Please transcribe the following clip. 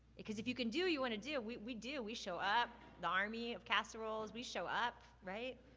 because if you can do, you want to do. we we do, we show up, the army of casseroles, we show up. right?